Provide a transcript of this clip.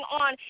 on